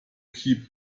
keep